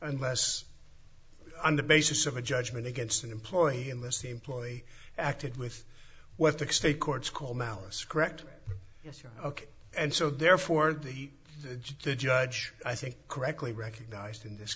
unless on the basis of a judgment against an employee unless the employee acted with what the state courts call malice correct yes yes ok and so therefore the judge i think correctly recognized in this